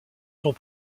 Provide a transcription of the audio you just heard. son